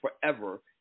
forever